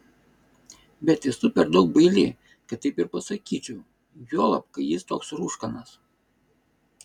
bet esu per daug baili kad taip ir pasakyčiau juolab kai jis toks rūškanas